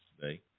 today